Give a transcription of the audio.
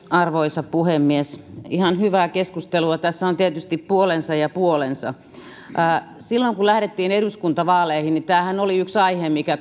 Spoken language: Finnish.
arvoisa puhemies ihan hyvää keskustelua tässä on tietysti puolensa ja puolensa silloin kun lähdettiin eduskuntavaaleihin niin tämähän oli yksi aihe mikä